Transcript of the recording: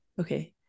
Okay